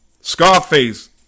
Scarface